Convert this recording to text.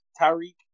Tyreek